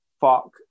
fuck